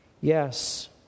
yes